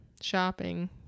Shopping